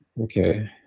Okay